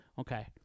Okay